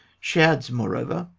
she adds, moreover,